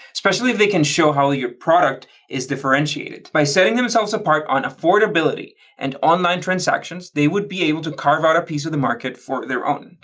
especially if they can show how ah the product is differentiated. by setting themselves apart on affordability and online transactions, they would be able to carve out a piece of the market for their own.